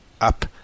up